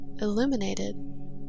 illuminated